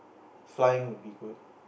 flying would be good